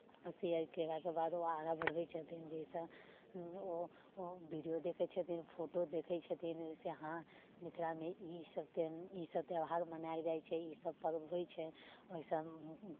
share केलाके बाद ओ आगाँ बढ़बै छथिन जाहिसँ ओ ओ वीडियो देखैत छथिन फोटो देखैत छथिन से हँ मिथिलामे ईसभ तऽ ईसभ त्यौहार मनायल जाइत छै ईसभ पर्व होइत छै ओहिसँ